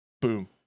boom